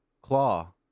Claw